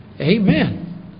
Amen